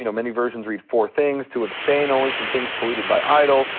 you know many versions read four things to abstain only from things polluted by idols,